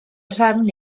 nhrefn